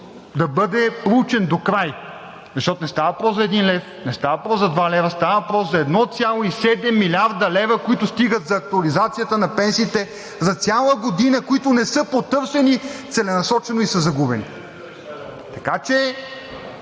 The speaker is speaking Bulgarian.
да бъде проучен докрай, защото не става въпрос за един лев, не става въпрос за два лева, става въпрос за 1,7 млрд. лв., които стигат за актуализацията на пенсиите за цяла година, които не са потърсени целенасочено и са загубени! Така че